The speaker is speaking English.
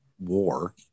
War